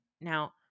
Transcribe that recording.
Now